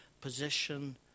position